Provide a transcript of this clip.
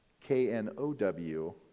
K-N-O-W